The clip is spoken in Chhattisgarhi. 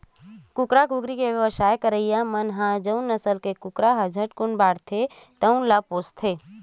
कुकरा, कुकरी के बेवसाय करइया मन ह जउन नसल के कुकरा ह झटकुन बाड़थे तउन ल पोसथे